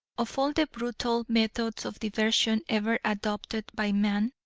of all the brutal methods of diversion ever adopted by man,